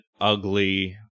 ugly